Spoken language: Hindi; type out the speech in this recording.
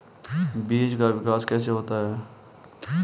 बीज का विकास कैसे होता है?